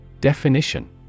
Definition